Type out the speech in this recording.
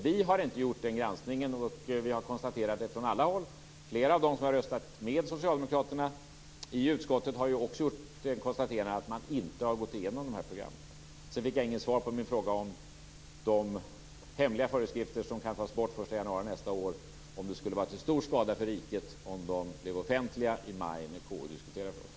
Vi har inte gjort den granskningen, och vi har konstaterat det från alla håll. Flera av dem som har röstat med Socialdemokraterna i utskottet har också gjort konstaterandet att man inte har gått igenom dessa organisationers program. Jag fick inte något svar på min fråga om de hemliga föreskrifter som kan tas bort den 1 januari nästa år, dvs. om det skulle vara till stor skada för riket om de blev offentliga nu i maj, när KU diskuterar frågan.